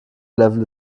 level